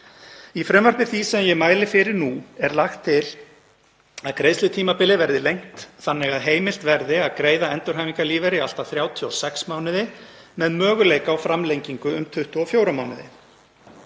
Í frumvarpi því sem ég mæli fyrir nú er lagt til að greiðslutímabilið verði lengt þannig að heimilt verði að greiða endurhæfingarlífeyri í allt að 36 mánuði með möguleika á framlengingu um 24 mánuði.